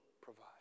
provide